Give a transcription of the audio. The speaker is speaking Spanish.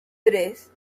tres